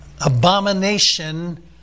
abomination